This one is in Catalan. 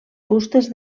fustes